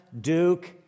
Duke